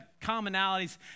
commonalities